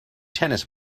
tennis